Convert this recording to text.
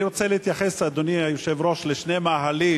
אני רוצה להתייחס, אדוני היושב-ראש, לשני מאהלים,